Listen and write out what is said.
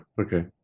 okay